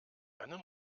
einen